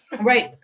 right